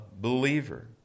believer